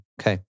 okay